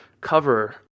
cover